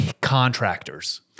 contractors